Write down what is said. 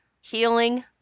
healing